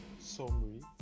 summary